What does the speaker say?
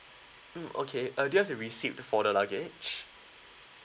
mm okay uh do you have the receipt for the luggage